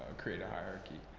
ah create a hierarchy.